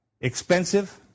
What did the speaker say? expensive